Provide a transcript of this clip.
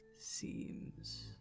seems